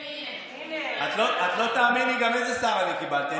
את גם לא תאמיני איזה שר אני קיבלתי.